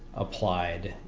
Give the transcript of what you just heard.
applied,